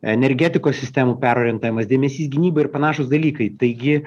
energetikos sistemų perorientavimas dėmesys gynybai ir panašūs dalykai taigi